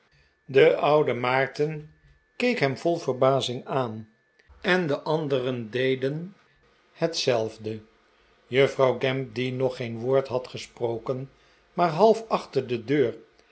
de oude maarten keek hem vol verbazing aan en de anderen deden hetzelfde juffrouw gamp die nog geen woord had gesproken maar half achter de deur